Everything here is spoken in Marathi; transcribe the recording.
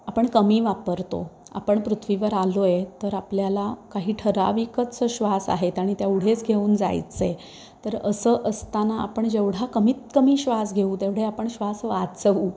आपण कमी वापरतो आपण पृथ्वीवर आलो आहे तर आपल्याला काही ठराविकच श्वास आहेत आणि तेवढेच घेऊन जायचं आहे तर असं असताना आपण जेवढा कमीत कमी श्वास घेऊ तेवढे आपण श्वास वाचवू